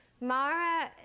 Mara